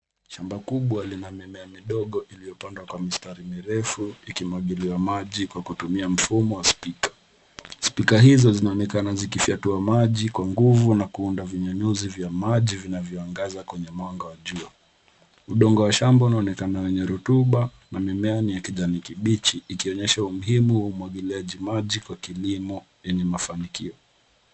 Shamba kubwa lina mimea midogo iliyopandwa kwa mistari mirefu, ikimwagiliwa maji kwa kutumia mfumo wa spika. Spika hizo zinaonekana zikifyatua maji kwa nguvu na kuunda vinyunyuzi vya maji vinavyoangaza kwenye mwanga wa jua. Udongo wa shamba unaonekana na rutuba na mimea ni ya kijani kibichi, ikionyesha umuhimu wa umwagiliaji maji kwa kilimo yenye mafanikio.